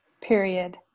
period